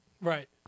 Right